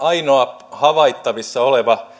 ainoa havaittavissa oleva